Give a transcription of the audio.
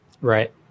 Right